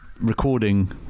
recording